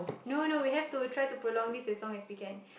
no no we have to try to prolong this as long as we can